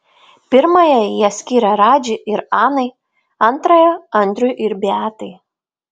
pirmąją jie skyrė radži ir anai antrąją andriui ir beatai